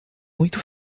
muito